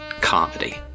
Comedy